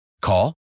Call